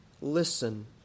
listen